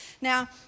Now